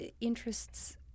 interests